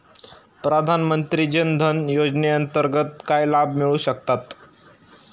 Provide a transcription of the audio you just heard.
प्रधानमंत्री जनधन योजनेअंतर्गत काय लाभ मिळू शकतात?